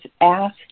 asked